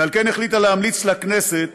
ועל כן החליטה להמליץ לכנסת